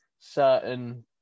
certain